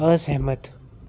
असैह्मत